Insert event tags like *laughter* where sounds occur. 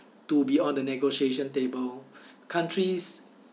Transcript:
to beyond the negotiation table *breath* countries